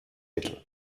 mittel